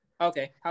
Okay